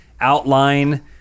outline